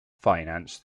financed